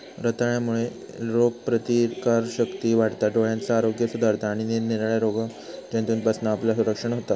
रताळ्यांमुळे रोगप्रतिकारशक्ती वाढता, डोळ्यांचा आरोग्य सुधारता आणि निरनिराळ्या रोगजंतूंपासना आपला संरक्षण होता